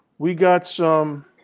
we got some